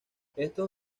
estos